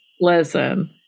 Listen